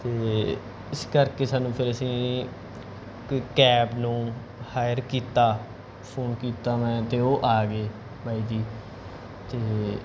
ਅਤੇ ਇਸ ਕਰਕੇ ਸਾਨੂੰ ਫਿਰ ਅਸੀਂ ਕੋਈ ਕੈਬ ਨੂੰ ਹਾਇਰ ਕੀਤਾ ਫੋਨ ਕੀਤਾ ਮੈਂ ਅਤੇ ਉਹ ਆ ਗਏ ਬਾਈ ਜੀ ਅਤੇ